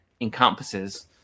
encompasses